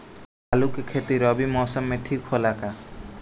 आलू के खेती रबी मौसम में ठीक होला का?